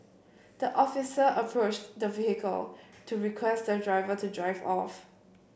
the officer approached the vehicle to request the driver to drive off